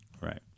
Right